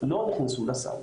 לא נכנסו לסל